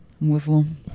muslim